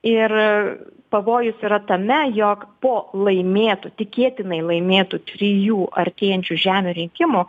ir pavojus yra tame jog po laimėtų tikėtinai laimėtų trijų artėjančių žemių reikimų